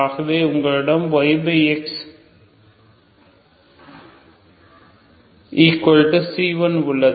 ஆகவே உங்களிடம் yxc1 உள்ளது